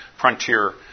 frontier